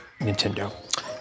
Nintendo